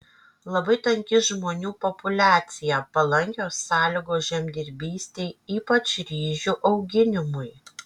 labai tanki žmonių populiacija palankios sąlygos žemdirbystei ypač ryžių auginimui